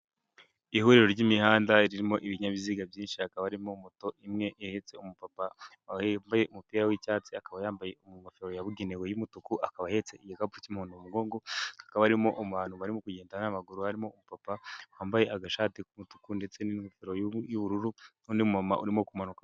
Ihuriro ry'imihanda ririmo ibinyabiziga byinshi ha akaba arimo moto imwe ihetse umupapa wambaye umupira w'icyatsi akaba yambaye ingofero yabugenewe y'umutuku akaba ahetse igikapu cy'umuntu mugo ngo akaba arimo umuntu arimo kugenda n'amaguru harimo papa wambaye agashati k'umutuku ndetse n'ingofero y'ubururu n'undi muntu urimo kumanuka.